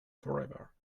forever